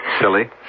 Silly